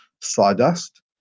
sawdust